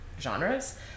genres